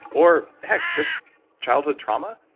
or heck, just childhood trauma.